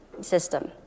system